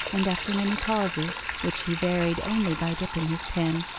and after many pauses, which he varied only by dipping his pen,